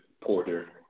Porter